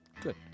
Good